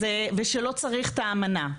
ושלא צריך את האמנה.